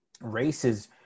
races